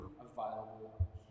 available